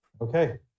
okay